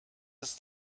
its